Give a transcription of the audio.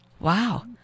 Wow